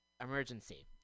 emergency